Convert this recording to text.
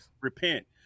Repent